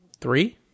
Three